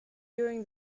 during